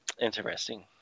Interesting